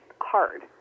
hard